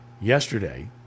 yesterday